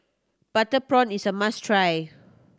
butter prawn is a must try